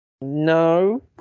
No